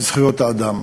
בזכויות אדם.